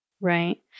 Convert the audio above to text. Right